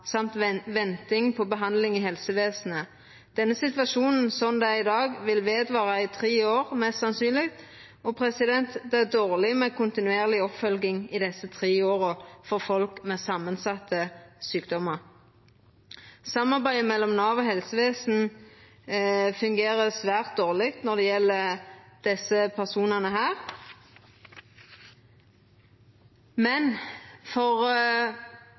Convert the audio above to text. samt venting på behandling i helsevesenet. Denne situasjonen vil, som det er i dag, mest sannsynleg vara ved i tre år, og det er dårleg med kontinuerleg oppfølging i desse tre åra for folk med samansette sjukdomar. Samarbeidet mellom Nav og helsevesenet fungerer svært dårleg når det gjeld desse personane,